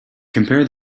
compare